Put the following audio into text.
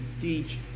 teach